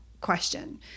question